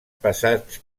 passats